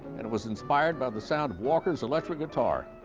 and was inspired by the sound of walker's electric guitar.